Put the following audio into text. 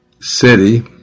city